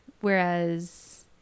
Whereas